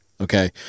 Okay